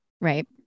Right